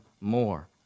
more